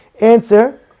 Answer